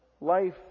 life